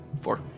Four